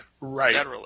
Right